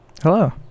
Hello